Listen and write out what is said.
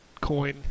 coin